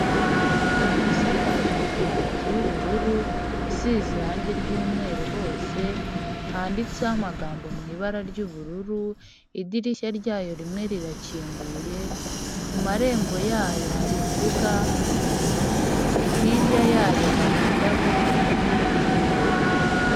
Inzu isakaje amabati y'ubururu, isize irange ry'umweru hose, handitseho amagambo mu ibara ry'ubururu, idirishya ryayo rimwe rirakinguye, ku marembo yayo hari imbuga, hirya yayo hari indabo n'ibiti birebire.